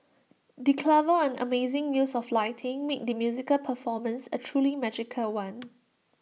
the clever and amazing use of lighting made the musical performance A truly magical one